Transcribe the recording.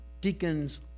deacons